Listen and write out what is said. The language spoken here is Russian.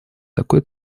такой